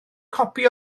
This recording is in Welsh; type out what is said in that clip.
copi